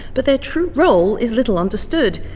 but their true role is little understood.